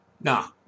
Now